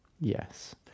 yes